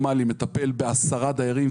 אחד את השני אז גם לא נגיע לשום דבר, עם כל הכבוד.